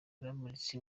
bamuritse